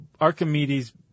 Archimedes